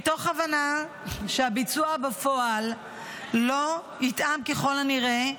מתוך הבנה שהביצוע בפועל לא יתאם, ככל הנראה,